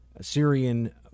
Syrian